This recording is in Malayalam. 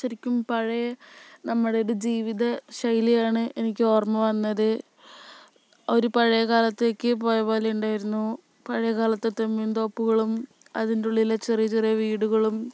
ശരിക്കും പഴയ നമ്മുടെ ഒരു ജീവിത ശൈലിയാണ് എനിക്ക് ഓർമ്മ വന്നത് ഒരു പഴയകാലത്തേക്ക് പോയ പോലെ ഉണ്ടായിരുന്നു പഴയകാലത്തെ തെങ്ങിൻ തോപ്പുകളും അതിൻറ്റുള്ളിലെ ചെറിയ ചെറിയ വീടുകളും